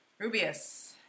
Rubius